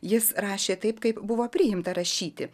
jis rašė taip kaip buvo priimta rašyti